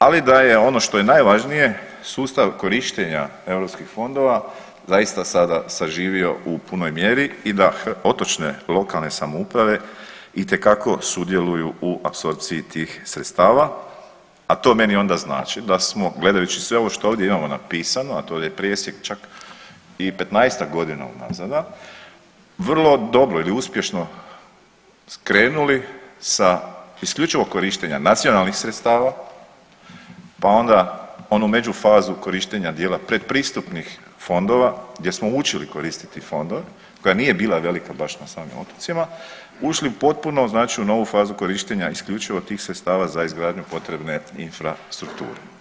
Ali da je ono što je najvažnije sustav korištenja europskih fondova zaista sada saživio u punoj mjeri i da otočne, lokalne samouprave itekako sudjeluju u apsorpciji tih sredstava a to onda meni znači da gledajući sve ovo što imamo napisano, a to je presjek čak i petnaestak godina unazad vrlo dobro ili uspješno krenuli sa isključivo korištenja nacionalnih sredstava, pa onda onu međufazu korištenja dijela predpristupnih fondova gdje smo učili koristiti fondove, koja nije bila velika baš na samim otocima ušli potpuno znači u novu fazu korištenja isključivo tih sredstava za izgradnju potrebne infrastrukture.